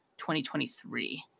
2023